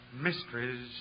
mysteries